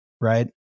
right